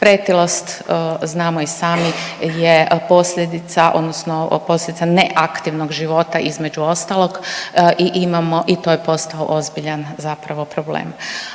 Pretilost znamo i sami je posljedica, odnosno posljedica ne aktivnog života između ostalog. I imamo i to je postao ozbiljan zapravo problem.